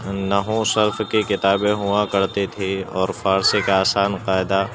نحو صرف کی کتابیں ہوا کرتی تھی اور فارسی کا آسان قاعدہ